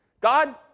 God